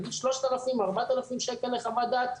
נגיד 3,000-4,000 שקלים לחוות דעת?